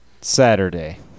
Saturday